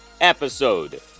episode